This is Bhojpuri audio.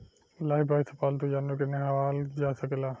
लाइफब्वाय से पाल्तू जानवर के नेहावल जा सकेला